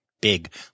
big